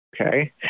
Okay